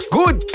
good